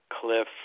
Cliff